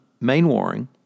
Mainwaring